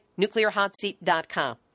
nuclearhotseat.com